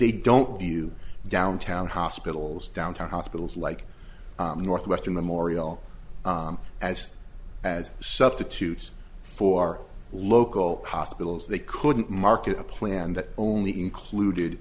they don't view downtown hospitals downtown hospitals like northwestern memorial as as substitutes for local hospitals they couldn't market a plan that only included